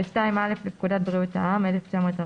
ו-(2)(א) לפקודת בריאות העם 1940